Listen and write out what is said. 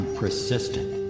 persistent